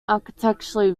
architecturally